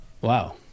Wow